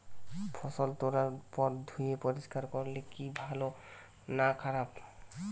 ফসল তোলার পর ধুয়ে পরিষ্কার করলে কি ভালো না খারাপ?